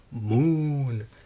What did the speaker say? Moon